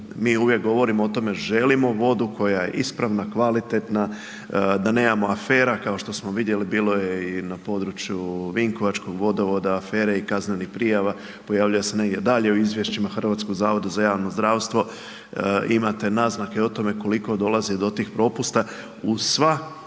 Mi uvijek govorimo o tome, želimo vodu koja je ispravna, kvalitetna, da nemamo afera kao što smo vidjeli, bilo je i na području vinkovačkog vodovoda, afere i kaznenih prijava. Pojavljuje se negdje dalje u izvješćima Hrvatskog zavoda za javno zdravstvo, imate naznake o tome koliko dolazi do tih propusta uz sva